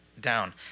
down